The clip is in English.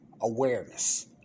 awareness